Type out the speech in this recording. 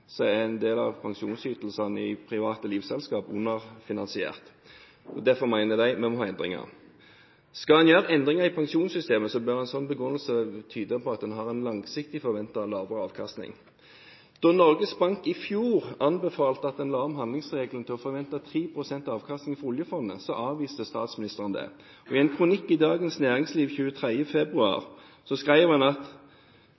er en del av pensjonsytelsene i private livselskap underfinansiert. Derfor mener de vi må ha endringer. Skal en gjøre endringer i pensjonssystemet, bør en ha som begrunnelse at det tyder på en langsiktig forventet lavere avkastning. Da Norges Bank i fjor anbefalte at en la om handlingsregelen til å forvente 10 pst. avkastning fra oljefondet, avviste statsministeren det. I en kronikk i Dagens Næringsliv